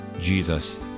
Jesus